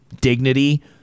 dignity